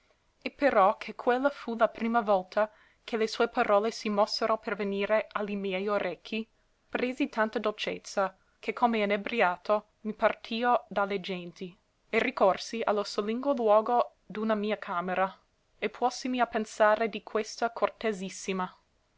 e però che quella fu la prima volta che le sue parole si mossero per venire a li miei orecchi presi tanta dolcezza che come inebriato mi partio da le genti e ricorsi a lo solingo luogo d'una mia camera e puòsimi a pensare di questa cortesissima